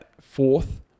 fourth